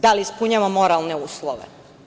Da li ispunjava moralne uslove?